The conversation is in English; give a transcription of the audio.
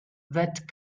that